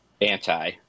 Anti